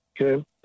okay